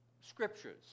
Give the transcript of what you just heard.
scriptures